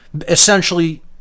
essentially